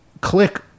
click